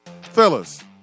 Fellas